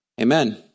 Amen